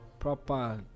Proper